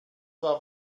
war